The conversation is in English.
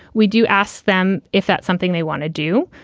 we do ask them if that's something they want to do.